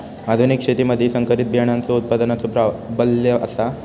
आधुनिक शेतीमधि संकरित बियाणांचो उत्पादनाचो प्राबल्य आसा